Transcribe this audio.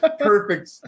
Perfect